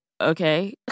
okay